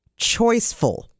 choiceful